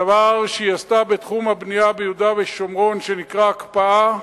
הדבר שהיא עשתה בתחום הבנייה ביהודה ושומרון שנקרא הקפאה,